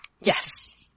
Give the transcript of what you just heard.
Yes